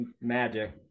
magic